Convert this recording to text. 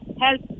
help